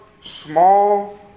small